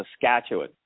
Saskatchewan